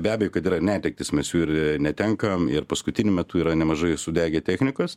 be abejo kad yra netektys mes jų ir netenkam ir paskutiniu metu yra nemažai sudegę technikos